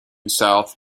south